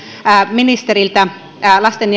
ministeriltä lasten